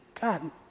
God